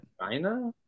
China